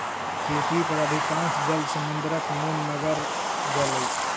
पृथ्वी पर अधिकांश जल समुद्रक नोनगर जल अछि